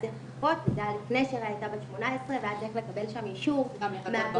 זה היה לפני שריי הייתה בת 18 ואז היה צריך לקבל שם אישור מהאפוטרופוס,